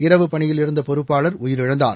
இரவுப் பணியில் இருந்த பொறுப்பாளர் உயிரிழந்தார்